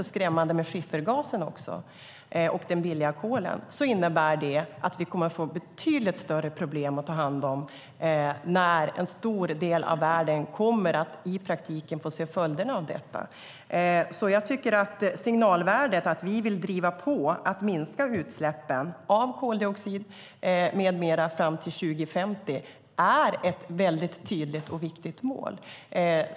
Får detta fortsätta i den takt som det gör i dag innebär det att vi kommer att få betydligt större problem att ta hand om när en stor del av världen i praktiken kommer att få se följderna av detta. Jag tycker att det är ett signalvärde i att vi vill driva på för att minska utsläppen av koldioxid med mera fram till 2050. Det är ett väldigt tydligt och viktigt mål.